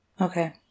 Okay